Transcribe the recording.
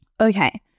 Okay